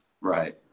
Right